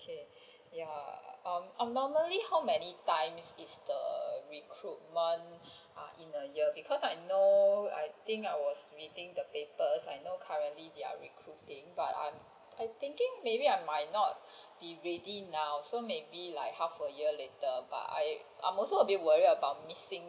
okay ya um normally how many times is the recruitment ah in a year because I know I think I was reading the papers I know currently they are recruiting but I'm I thinking maybe I might not be ready now so maybe like half a year later but I I'm also worried about missing